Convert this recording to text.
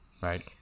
right